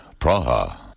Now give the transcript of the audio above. Praha